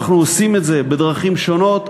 אנחנו עושים את זה בדרכים שונות.